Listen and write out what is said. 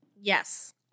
Yes